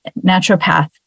naturopath